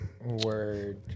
word